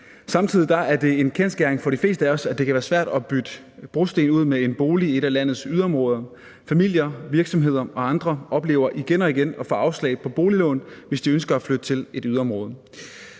Samtidig er det en kendsgerning for de fleste af os, at det kan være svært at bytte brosten ud med en bolig i et af landets yderområder. Familier, virksomheder og andre oplever igen og igen at få afslag på boliglån, hvis de ønsker at flytte til et yderområde.